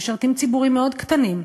הם משרתים ציבורים מאוד קטנים.